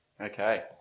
Okay